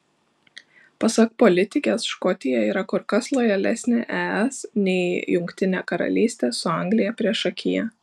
pasak politikės škotija yra kur kas lojalesnė es nei jungtinė karalystė su anglija priešakyje